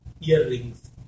earrings